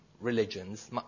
religions